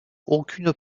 aucune